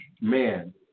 Man